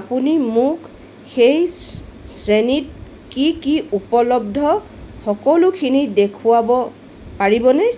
আপুনি মোক সেই শ্ৰেণীত কি কি উপলব্ধ সকলোখিনি দেখুৱাব পাৰিবনে